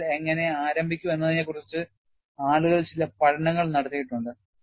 വിള്ളൽ എങ്ങനെ ആരംഭിക്കും എന്നതിനെക്കുറിച്ച് ആളുകൾ ചില പഠനങ്ങൾ നടത്തിയിട്ടുണ്ട്